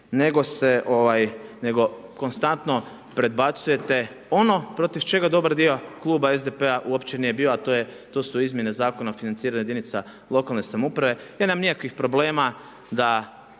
nego konstantno predbacujete ono protiv čega dobar dio Kluba SDP-a uopće nije bio, a to su izmjene Zakona o financiranju jedinice lokalne samouprave. Ja nemam nikakvih problema da